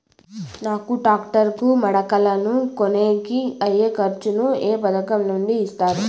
నాకు టాక్టర్ కు మడకలను కొనేకి అయ్యే ఖర్చు ను ఏ పథకం నుండి ఇస్తారు?